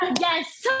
yes